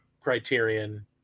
criterion